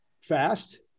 fast